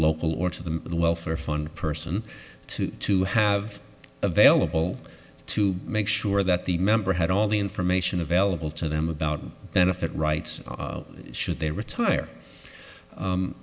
local or to the the welfare fund person to to have available to make sure that the member had all the information available to them about benefit rights should they retire u